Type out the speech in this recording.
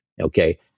Okay